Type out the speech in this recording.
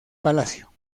palacio